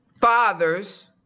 fathers